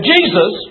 Jesus